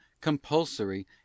compulsory